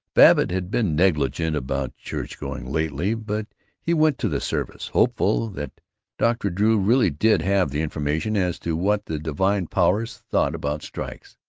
babbitt had been negligent about church-going lately, but he went to the service, hopeful that dr. drew really did have the information as to what the divine powers thought about strikes.